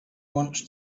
wants